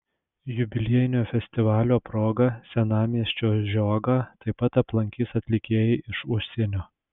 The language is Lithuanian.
jubiliejinio festivalio proga senamiesčio žiogą taip pat aplankys atlikėjai iš užsienio